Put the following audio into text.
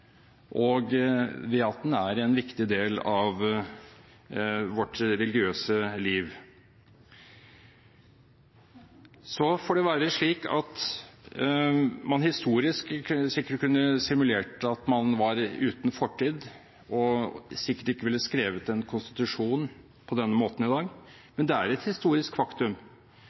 og ved at den er en viktig del av vårt religiøse liv. Så får det være slik at man historisk sikkert kunne simulert at man var uten fortid og sikkert ikke ville skrevet en konstitusjon på denne måten i dag,